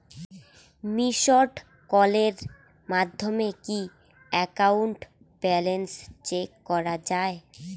Missed কলের মাধ্যমে কি একাউন্ট ব্যালেন্স চেক করা যায়?